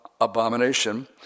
abomination